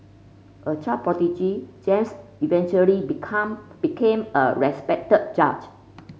a child prodigy James eventually become became a respected judge